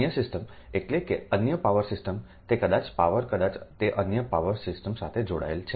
અન્ય સિસ્ટમ એટલે કે અન્ય પાવર સિસ્ટમ તે કદાચ પાવર કદાચ તે અન્ય પાવર સિસ્ટમ સાથે જોડાયેલ છે